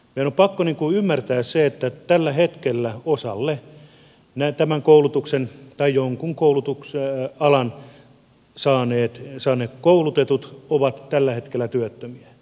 meidän on pakko ymmärtää se että tällä hetkellä osa jonkun alan koulutuksen saaneista on tällä hetkellä työttömiä